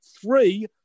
three